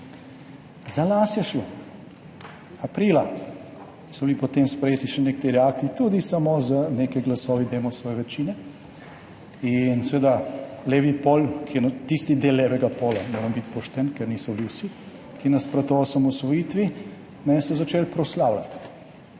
Za las je šlo. Aprila so bili potem sprejeti še nekateri akti, tudi samo z nekaj glasovi Demosove večine in seveda levi pol, tisti del levega pola, moram biti pošten, ker niso bili vsi, ki je nasprotoval osamosvojitvi, je začel proslavljati,